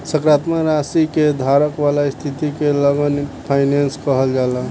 सकारात्मक राशि के धारक वाला स्थिति के लॉन्ग फाइनेंस कहल जाला